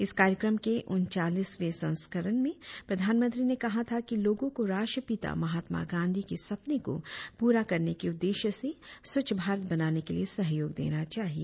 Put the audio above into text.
इस कार्यक्रम के उन्वालीसवें संस्करण में प्रधानमंत्री ने कहा था कि लोगों को राष्ट्रपिता महात्मा गांधी के सपने को प्ररा करने के उद्देश्य से स्वच्छ भारत बनाने के लिए सहयोग देना चाहिए